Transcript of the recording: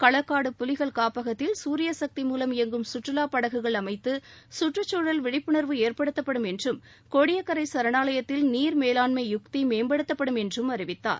களக்காடு புலிகள் காப்பகத்தில் சூரிய சக்தி மூலம் இயங்கும் கற்றுவாப் படகுகள் அமைத்து சுற்றுச்சூழல் விழிப்புணர்வு ஏற்படுத்தப்படும் என்றும் கோடியக்கரை சரணாலயத்தில் நீர் மேலாண்மை யுக்தி மேம்படுத்தப்படும் என்றும் அறிவித்தார்